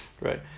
right